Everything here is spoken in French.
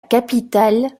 capitale